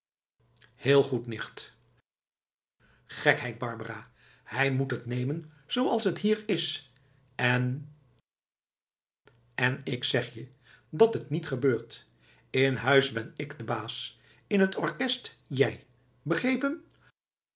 heel goed nicht gekheid barbara hij moet t nemen zooals t hier is en en ik zeg je dat het niet gebeurt in huis ben ik de baas in het orkest jij begrepen